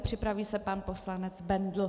Připraví se pan poslanec Bendl.